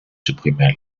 supprimez